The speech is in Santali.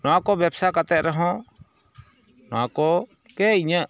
ᱱᱚᱣᱟ ᱠᱚ ᱵᱮᱵᱥᱟ ᱠᱟᱛᱮᱫ ᱨᱮᱦᱚᱸ ᱱᱚᱣᱟ ᱠᱚᱜᱮ ᱤᱧᱟᱹᱜ